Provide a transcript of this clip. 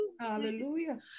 Hallelujah